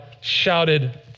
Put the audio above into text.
shouted